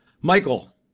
Michael